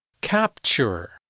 Capture